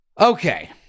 okay